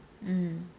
um